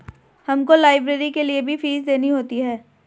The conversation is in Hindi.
हमको लाइब्रेरी के लिए भी फीस देनी होती है